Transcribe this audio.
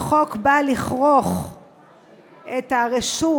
החוק בא לכרוך את הרשות